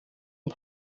und